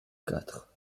quatre